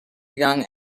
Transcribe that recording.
young